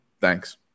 thanks